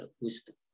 wisdom